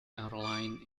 airlines